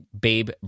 Babe